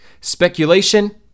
Speculation